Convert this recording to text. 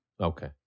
Okay